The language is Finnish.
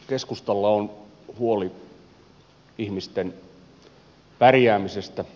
keskustalla on huoli ihmisten pärjäämisestä